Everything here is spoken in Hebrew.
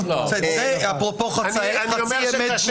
זה אפרופו חצי אמת.